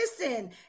Listen